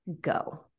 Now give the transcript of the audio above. go